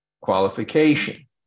qualification